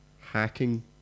hacking